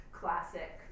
classic